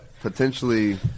potentially